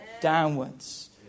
Downwards